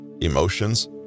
emotions